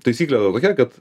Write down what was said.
taisyklė tokia kad